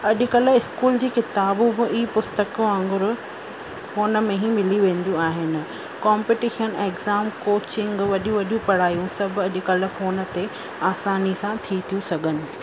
अॼुकल्ह स्कूल जी किताबूं बि ई पुस्तक वांगुरु फोन में ई मिली वेंदियूं आहिनि कॉम्पिटिशन एग्ज़ाम कोचिंग वॾियूं वॾियूं पढ़ायूं सभु अॼुकल्ह फोन ते आसानी सां थी थियूं सघनि